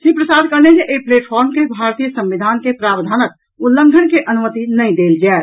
श्री प्रसाद कहलनि जे एहि प्लेटफार्म के भारतीय संविधानक प्रावधानक उल्लंघन के अनुमति नहि देल जायत